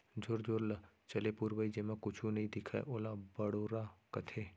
जोर जोर ल चले पुरवाई जेमा कुछु नइ दिखय ओला बड़ोरा कथें